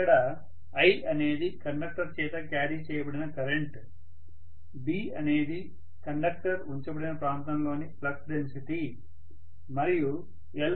ఇక్కడ i అనేది conductor చేత క్యారీ చేయబడిన కరెంట్ B అనేది కండక్టర్ ఉంచబడిన ప్రాంతంలోని ఫ్లక్స్ డెన్సిటీ మరియు l కండక్టర్ యొక్క పొడవు